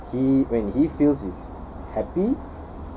he when he feels he's happy